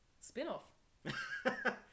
Spin-off